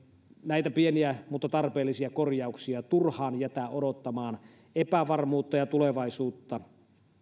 näitä pieniä mutta tarpeellisia korjauksia turhaan jätä odottamaan epävarmuutta ja tulevaisuutta